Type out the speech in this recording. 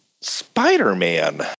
Spider-Man